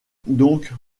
donc